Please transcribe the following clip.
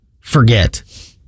forget